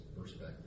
perspective